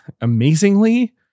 amazingly